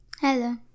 Hello